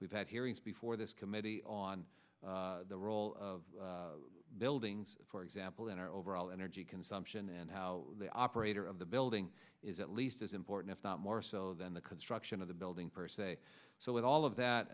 we've had hearings before this committee on the role of buildings for example in our overall energy consumption and how the operator of the building is at least as important if not more so than the construction of the building per se so with all of that